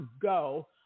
go